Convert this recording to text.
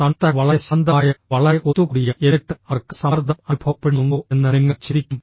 തണുത്ത വളരെ ശാന്തമായ വളരെ ഒത്തുകൂടിയ എന്നിട്ട് അവർക്ക് സമ്മർദ്ദം അനുഭവപ്പെടുന്നുണ്ടോ എന്ന് നിങ്ങൾ ചിന്തിക്കും